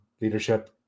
leadership